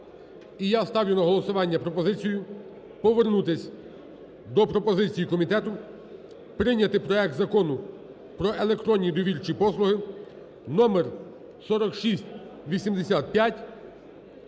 І я ставлю на голосування пропозицію повернутися до пропозиції комітету прийняти проект Закону про електронні довірчі послуги (номер 4685)